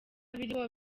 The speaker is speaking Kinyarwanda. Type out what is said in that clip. biriho